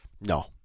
No